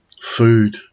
food